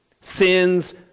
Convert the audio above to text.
Sin's